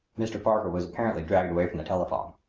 mr. parker was apparently dragged away from the telephone.